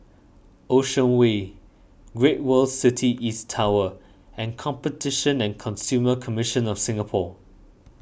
Ocean Way Great World City East Tower and Competition and Consumer Commission of Singapore